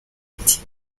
ati